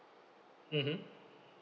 mmhmm